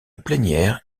plénière